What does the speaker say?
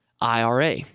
IRA